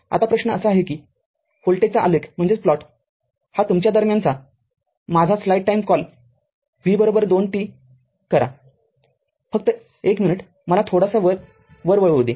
आता प्रश्न असा आहे की व्होल्टेजचा आलेख हा तुमच्या दरम्यानचा माझा स्लाइड वेळ v २ t कॉल करा फक्त एक मिनिट मला थोडासा वर वळवू दे